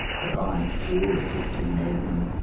but i, poor receptive madman,